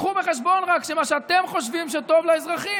רק הביאו בחשבון שמה שאתם חושבים שטוב לאזרחים,